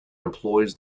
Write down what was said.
employs